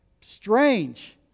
strange